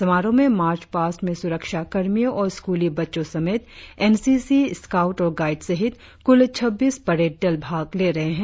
समारोह में march past में सुरक्षा कर्मियो और स्कूली बच्चों समेत एन सी सी स्काउट और गाइड सहित कुल छब्बीस परेड दल भाग ले रहे है